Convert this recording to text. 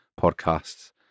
podcasts